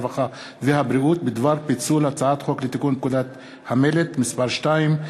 הרווחה והבריאות בדבר פיצול הצעת חוק לתיקון פקודת המלט (מס' 2)